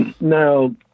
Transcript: Now